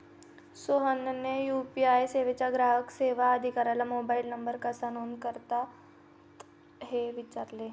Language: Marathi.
सोहनने यू.पी.आय सेवेच्या ग्राहक सेवा अधिकाऱ्याला मोबाइल नंबर कसा नोंद करतात असे विचारले